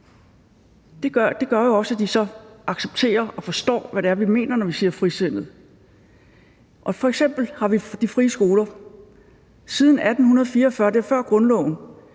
det jo også, at de så accepterer og forstår, hvad det er, vi mener, når vi siger frisind. Vi har f.eks. de frie skoler. I 1844 – det er før grundloven